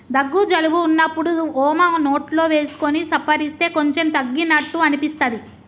దగ్గు జలుబు వున్నప్పుడు వోమ నోట్లో వేసుకొని సప్పరిస్తే కొంచెం తగ్గినట్టు అనిపిస్తది